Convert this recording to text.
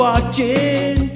watching